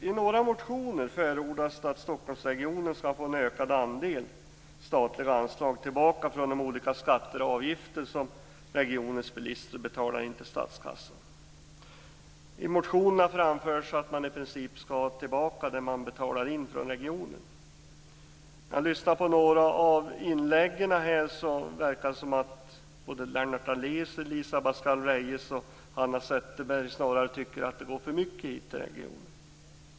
I några motioner förordas att Stockholmsregionen skall få en ökad andel statliga anslag, få tillbaka en del av de olika skatter och avgifter som regionens bilister betalar in till statskassan. I motionerna framförs att man i princip skall få tillbaka det man betalar in från regionen. I inläggen här i dag låter det som att Lennart Daléus, Elisa Abascal Reyes och Hanna Zetterberg snarare tycker att det går för mycket ut till regionen.